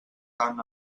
tant